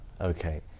Okay